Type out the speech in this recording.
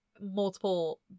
multiple